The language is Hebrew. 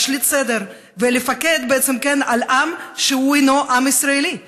להשליט סדר ולפקד בעצם על עם שהוא אינו עם ישראלי?